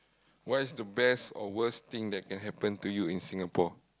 what is the best or worse thing that can happen to you in Singapore